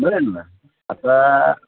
बोला ना आता